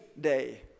day